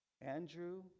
Andrew